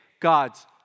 God's